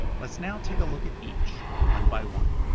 let's now take a look at each, one by one.